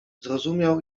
zrozumiał